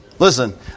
Listen